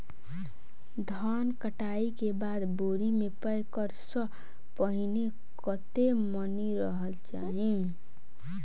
धान कटाई केँ बाद बोरी मे पैक करऽ सँ पहिने कत्ते नमी रहक चाहि?